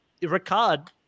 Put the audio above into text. ricard